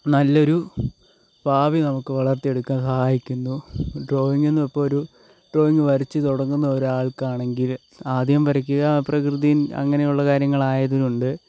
നല്ലൊരു നമുക്ക് വളർത്തിയെടുക്കാൻ സഹായിക്കുന്നു ഡ്രോയിങ് നിന്ന് ഇപ്പോൾ ഒരു ഡ്രോയിങ് വരച്ചു തുടങ്ങുന്ന ഒരാൾക്ക് ആണെങ്കിൽ ആദ്യം വരക്കുക പ്രകൃതിയും അങ്ങനെയുള്ള കാര്യങ്ങൾ ആയത് കൊണ്ട്